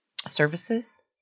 Services